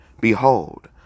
behold